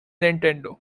nintendo